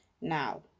now